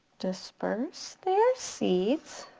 disperse their seeds